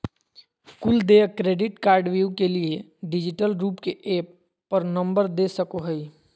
कुल देय क्रेडिट कार्डव्यू के लिए डिजिटल रूप के ऐप पर नंबर दे सको हइ